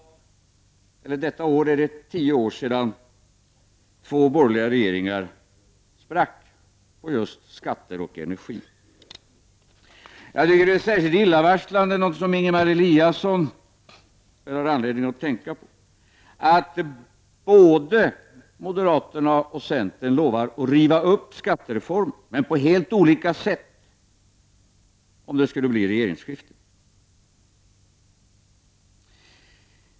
Detta år är det tio år sedan två borgerliga regeringar sprack just på frågan om skatter och energi. Jag tycker att det är särskilt illavarslande — något som Ingemar Eliasson har anledning att tänka på — att både moderaterna och centern lovar att riva upp skattereformen men på helt olika sätt, om det skulle bli regeringsskifte.